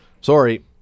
sorry